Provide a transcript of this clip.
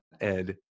Ed